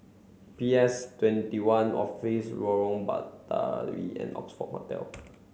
P S twenty one Office Lorong Batawi and Oxford Hotel